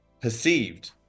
perceived